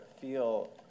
feel